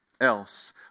else